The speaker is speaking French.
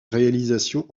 réalisations